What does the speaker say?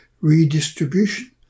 redistribution